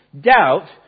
Doubt